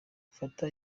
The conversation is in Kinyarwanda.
gufata